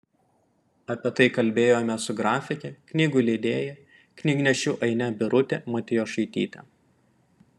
apie tai kalbėjomės su grafike knygų leidėja knygnešių aine birute matijošaityte